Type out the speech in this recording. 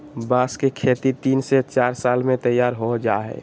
बांस की खेती तीन से चार साल में तैयार हो जाय हइ